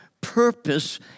purpose